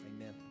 Amen